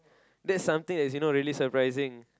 that's something that's you know really surprising